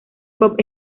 pop